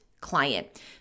client